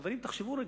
חברים, תחשבו רגע.